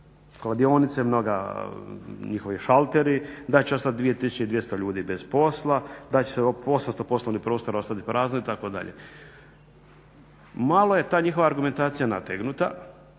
kladionice, mnogi njihovi šalteri, da će ostati 2200 ljudi bez posla, da će 800 poslovnih prostora ostati prazno itd.. Malo je ta njihova argumentacija nategnuta